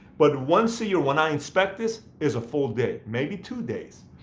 but once a year, when i inspect this, is a full day. maybe two days,